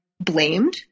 blamed